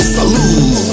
Salute